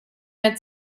mehr